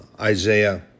Isaiah